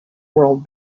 world